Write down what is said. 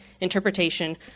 interpretation